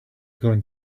going